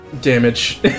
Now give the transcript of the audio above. damage